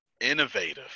Innovative